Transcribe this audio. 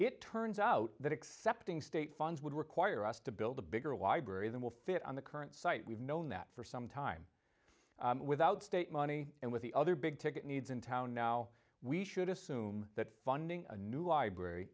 it turns out that accepting state funds would require us to build a bigger library than will fit on the current site we've known that for some time without state money and with the other big ticket needs in town now we should assume that funding a new library